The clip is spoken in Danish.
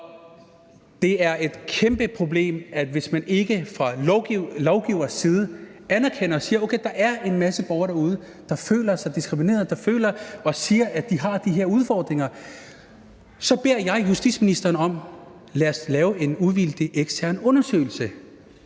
Det er et kæmpeproblem, hvis man ikke fra lovgivers side anerkender og siger, at der er en masse borgere derude, der føler sig diskrimineret, og som føler og siger, at de har de her udfordringer, og så har jeg bedt justitsministeren om, at vi skal lave en uvildig ekstern undersøgelse.